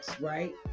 right